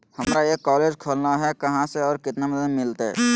हमरा एक कॉलेज खोलना है, कहा से और कितना मदद मिलतैय?